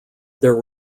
there